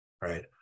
right